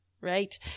right